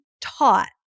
taught